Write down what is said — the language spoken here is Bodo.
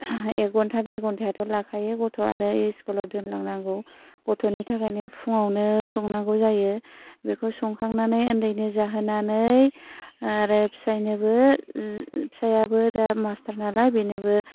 एक घन्टा देर घन्टाया' लाखायो गथ' आरो स्कुलाव दोनलांनांगौ गथ'नि थाखायनो फुंआवनो संनांगौ जायो बेखौ संखांनानै ओन्दैनो जाहोनानै आरो फिसायनोबो फिसाइयाबो दा मास्थार नालाय बेनोबो